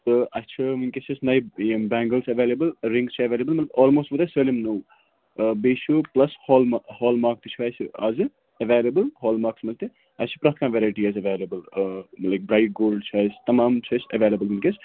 تہٕ اَسہِ چھُ وٕنۍکٮ۪س چھُ اَسہِ نَیہِ یِم بٮ۪نٛگٕلز اٮ۪ویلیبٕل رِنٛگٕس چھِ اٮ۪ویلیبٕل مطلب آلموسٹ ووت اَسہِ سٲلِم نوٚو بیٚیہِ چھُ پٕلَس ہالمَہ ہال ماک تہِ چھُ اَسہِ آزٕ اٮ۪ویلیبٕل ہال ماک تِمَن تہِ اَسہِ چھِ پرٛٮ۪تھ کانٛہہ وٮ۪رایٹی حظ اٮ۪ویلیبٕل لایِک برٛایِٹ گولڈ چھُ اَسہِ تمام چھُ اَسہِ اٮ۪ویلیبٕل وٕنۍکٮ۪س